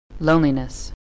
Loneliness